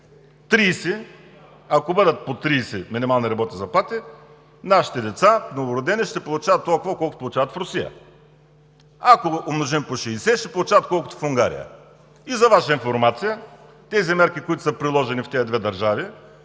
60? Ако бъдат по 30 минимални работни заплати, нашите новородени деца ще получават толкова, колкото получават в Русия. А ако умножим по 60, ще получават колкото в Унгария. За Ваша информация тези мерки, приложени в тези две държави,